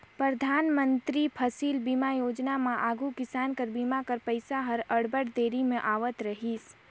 परधानमंतरी फसिल बीमा योजना में आघु किसान कर बीमा कर पइसा हर अब्बड़ देरी में आवत रहिस